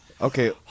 Okay